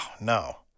no